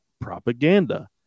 propaganda